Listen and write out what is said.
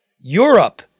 Europe